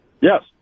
Yes